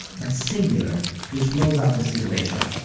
but singular, which blows up the simulation.